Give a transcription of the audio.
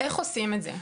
איך עושים את זה?